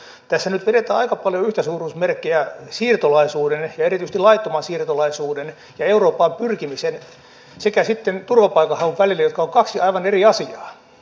tässä nyt vedetään aika paljon yhtäsuuruusmerkkejä siirtolaisuuden ehkä erityisesti laittoman siirtolaisuuden ja eurooppaan pyrkimisen sekä turvapaikanhaun välille jotka ovat kaksi aivan eri asiaa